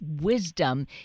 wisdom